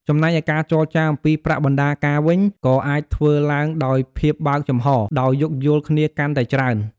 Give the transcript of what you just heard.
ចំណែកឯការចរចាអំពីប្រាក់បណ្តាការវិញ ក៏អាចធ្វើឡើងដោយភាពបើកចំហរ ដោយយោគយល់គ្នាកាន់តែច្រើន។